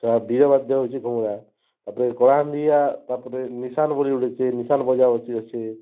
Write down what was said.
ତ ବୀରବାଦ୍ୟ ହେଉଛେ ଘୁମୁରା ତା'ର୍ପରେ କଳାହାଣ୍ଡିଆ ତା'ର୍ପରେ ନିଶାନ୍ ବୋଲି ଗୁଟେ ଯେନ୍ ଅଛେ ନିଶାନ୍ ବଜା ଅଛେ